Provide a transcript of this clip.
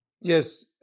Yes